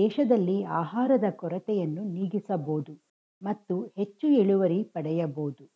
ದೇಶದಲ್ಲಿ ಆಹಾರದ ಕೊರತೆಯನ್ನು ನೀಗಿಸಬೋದು ಮತ್ತು ಹೆಚ್ಚು ಇಳುವರಿ ಪಡೆಯಬೋದು